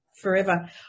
forever